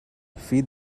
feed